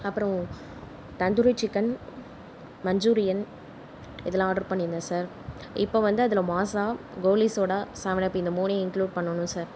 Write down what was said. அப்புறம் tandoori chicken Manchurian இதெல்லாம் order பண்ணியிருந்தேன் சார் இப்போ வந்து அதில் Maaza goli soda seven up இதை மூணையும் இன்குலூட் பண்ணணும் சார்